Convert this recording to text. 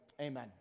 Amen